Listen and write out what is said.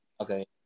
Okay